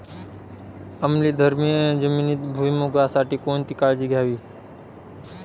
आम्लधर्मी जमिनीत भुईमूगासाठी कोणती काळजी घ्यावी?